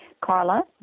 Carla